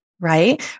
Right